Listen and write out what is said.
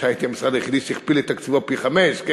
שהייתי המשרד היחידי שהגדיל את תקציבו פי-חמישה.